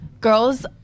girls